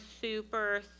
super